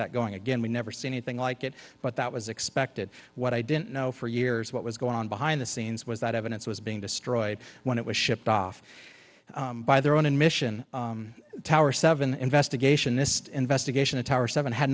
that going again we never see anything like it but that was expected what i didn't know for years what was going on behind the scenes was that evidence was being destroyed when it was shipped off by their own admission tower seven investigation this investigation into our seven had